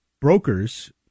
brokers